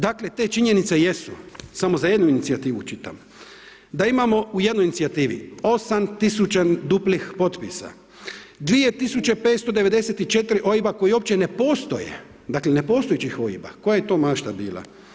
Dakle te činjenice jesu, samo za jednu inicijativu čitam, da imamo u jednoj inicijativi 8 tisuća duplih potpisa, 2594 OIB-a koji uopće ne postoje, dakle nepostojećih OIB-a koja je to mašta bila.